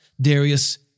Darius